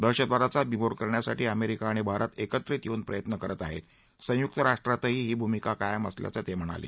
दहशतवादाचा बीमोड करण्यासाठी अमेरिका आणि भारत एकत्रित येऊन प्रयत्न करत आहेत संयुक्त राष्ट्रांतही ही भूमिका कायम असल्याचं ते म्हणाले